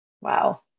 Wow